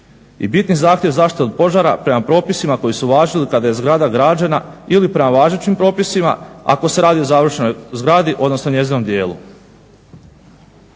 I bitni zahtjev zaštite od požara, prema propisima koji su važili kada je zgrada građena ili prema važećim propisima ako se radi o završnoj zgradi, odnosno njezinom dijelu.